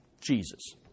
Jesus